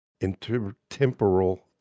intertemporal